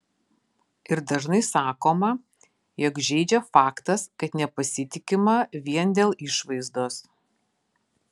ir dažnai sakoma jog žeidžia faktas kad nepasitikima vien dėl išvaizdos